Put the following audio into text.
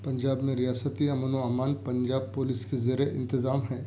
پنجاب میں ریاستی امن و امان پنجاب پولیس کے زیر انتظام ہے